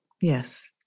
Yes